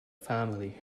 family